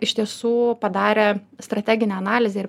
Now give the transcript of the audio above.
iš tiesų padarė strateginę analizę ir